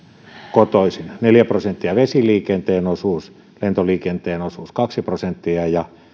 kotoisin neljä prosenttia on vesiliikenteen osuus lentoliikenteen osuus on kaksi prosenttia ja